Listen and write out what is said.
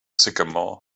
sycamore